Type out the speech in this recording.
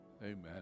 Amen